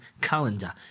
calendar